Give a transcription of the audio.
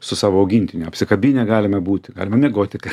su savo augintiniu apsikabinę galime būti arba miegoti